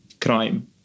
crime